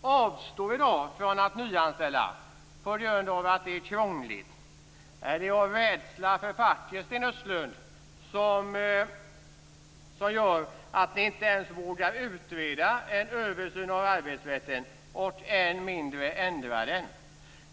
avstår i dag från att nyanställa på grund av att det är krångligt. Är det av rädsla för facket, Sten Östlund, som ni inte ens vågar utreda arbetsrätten och än mindre ändra den?